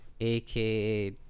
aka